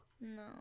No